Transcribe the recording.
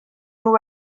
nhw